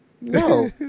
No